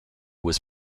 was